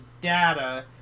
data